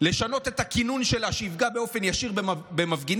ישנו את הכינון שלה שיפגע באופן ישיר במפגינים.